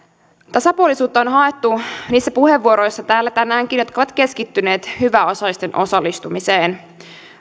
tasapuolisuutta on haettu niissä puheenvuoroissa täällä tänäänkin jotka ovat keskittyneet hyväosaisten osallistumiseen